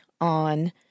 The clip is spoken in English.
on